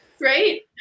right